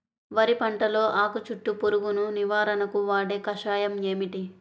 వరి పంటలో ఆకు చుట్టూ పురుగును నివారణకు వాడే కషాయం ఏమిటి?